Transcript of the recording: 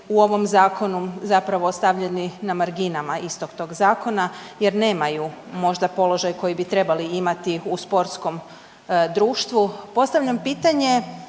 u ovom zakonu zapravo ostavljeni na marginama istog tog zakona jer nemaju možda položaj koji bi trebali imati u sportskom društvu? Postavljam pitanje